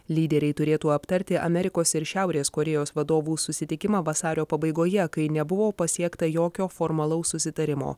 lyderiai turėtų aptarti amerikos ir šiaurės korėjos vadovų susitikimą vasario pabaigoje kai nebuvo pasiekta jokio formalaus susitarimo